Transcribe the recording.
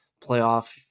playoff